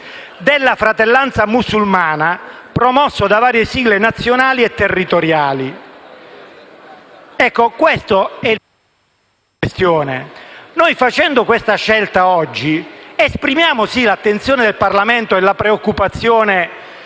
«della Fratellanza Islamica promosso da varie sigle nazionali e territoriali». Questa è la questione. Facendo tale scelta oggi esprimiamo l'attenzione del Parlamento e la preoccupazione